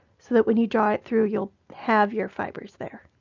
so that when you draw it through, you'll have your fibers there.